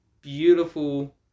beautiful